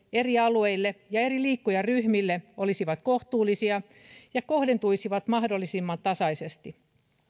eri alueille ja eri liikkujaryhmiin olisivat kohtuullisia ja kohdentuisivat mahdollisimman tasaisesti